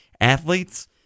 athletes